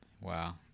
Wow